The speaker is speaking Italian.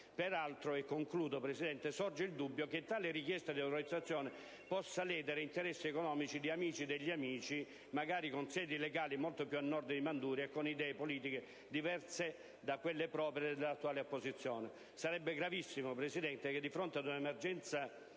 Peraltro, sorge il dubbio che tale richiesta di autorizzazione possa ledere interessi economici di «amici degli amici», magari con sedi legali molto più a Nord di Manduria e con idee politiche diverse da quelle proprie dell'attuale opposizione. Sarebbe gravissimo, signora Presidente, che di fronte a un'emergenza